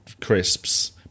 crisps